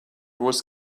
was